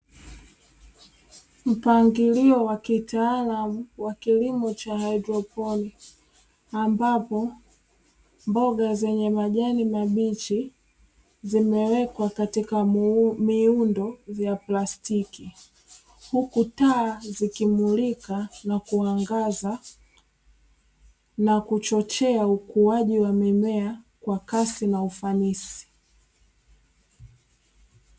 Mpangilio wa kitaalamu wa kilimo cha hydropon, ambapo mboga zenye majani mabichi zimewekwa katika muundo wa plastiki, huku taa zikimulika na kuangaza na kuchochea ukuaji wa mimea kwa kasi na ufanisi.